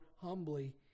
humbly